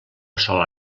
sola